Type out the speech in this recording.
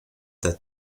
that